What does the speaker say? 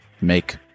make